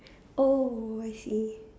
oh I see